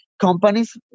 companies